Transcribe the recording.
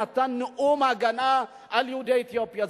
נתן נאום הגנה על יהודי אתיופיה.